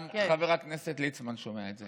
גם חבר הכנסת ליצמן שומע את זה.